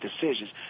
decisions